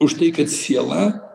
už tai kad siela